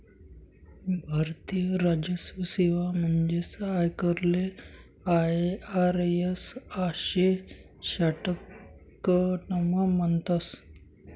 भारतीय राजस्व सेवा म्हणजेच आयकरले आय.आर.एस आशे शाटकटमा म्हणतस